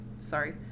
sorry